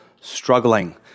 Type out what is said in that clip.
struggling